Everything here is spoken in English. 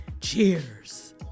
cheers